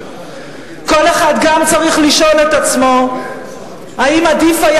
כל אחד גם צריך לשאול את עצמו האם עדיף היה